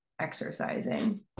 exercising